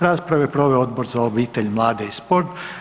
Raspravu je proveo Odbor za obitelj, mlade i sport.